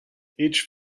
each